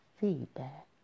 feedback